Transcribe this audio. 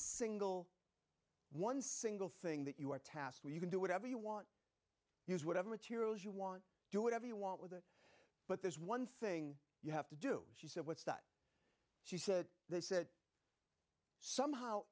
single one single thing that you are tasked with you can do whatever you want use whatever materials you want do whatever you want with it but there's one thing you have to do she said what's that she said they said somehow